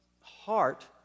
heart